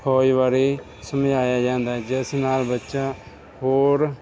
ਫ਼ੌਜ ਬਾਰੇ ਸਮਝਾਇਆ ਜਾਂਦਾ ਹੈ ਜਿਸ ਨਾਲ ਬੱਚਾ ਹੋਰ